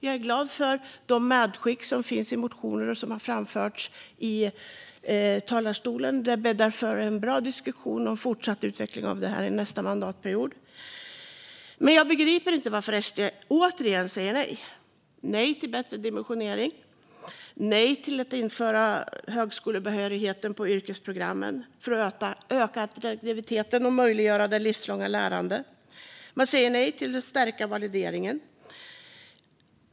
Jag är glad över de medskick som finns i motioner och det som har framförts i talarstolen. Det bäddar för en bra diskussion och en fortsatt utveckling av detta under nästa mandatperiod. Jag begriper dock inte varför SD återigen säger nej. De säger nej till bättre dimensionering. De säger nej till att införa högskolebehörighet på yrkesprogrammen för att öka attraktiviteten och möjliggöra det livslånga lärandet. Och de säger nej till att stärka valideringen.